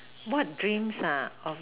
what dreams of